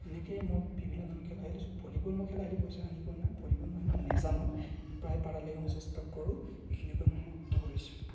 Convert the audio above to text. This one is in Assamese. এনেকে মই বিভিন্ন ধৰণৰ খেলা খেলিছোঁ ভলীবল মই খেলা খেলি পইচা আনি পোৱা নাই ভলীবল মই সিমান নেজানো প্ৰায় পাৰালৈকে মই চেষ্টা কৰোঁ এইখিনি কৈয়ে মই সমাপ্ত কৰিছোঁ